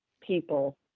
people